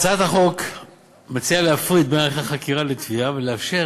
הצעת החוק מציעה להפריד בין הליך החקירה לתביעה ולאפשר